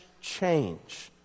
change